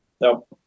No